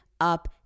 up